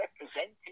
representing